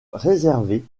réservé